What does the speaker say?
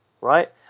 right